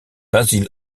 basil